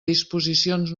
disposicions